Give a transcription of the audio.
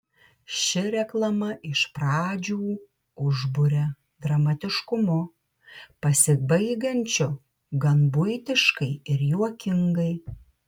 ši reklama iš pradžių užburia dramatiškumu pasibaigiančiu gan buitiškai ir juokingai